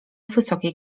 wysokiej